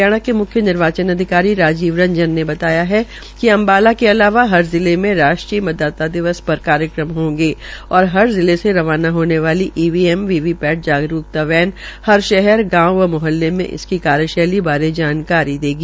हरियाणा के म्ख्य निर्वाचन अधिकारी राजीव रंजन ने बताया कि अम्बाला के अलावा हर जिले के राष्ट्रीय मतदाता दिवस पर कार्यक्रम होंगे होंगे और हर जिले से रवाना होने वाली ईवीएम वी वी पैट जागरूकता हर शहर गांव व मोहल्ले में इसकी कार्यशैली बारे जानकारी देगी